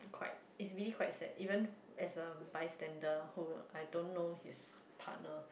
quite it's really quite sad even as a bystander who I don't know his partner